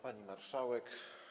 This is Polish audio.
Pani Marszałek!